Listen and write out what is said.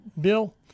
Bill